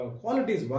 qualities